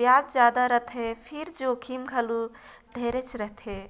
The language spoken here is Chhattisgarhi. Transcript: बियाज जादा रथे फिर जोखिम घलो ढेरेच रथे